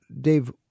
Dave